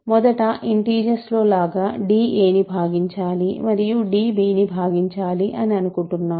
మొదట ఇంటిజర్స్ లో లాగా d a ని భాగించాలి మరియు d b ని భాగించాలి అని అనుకుంటున్నాను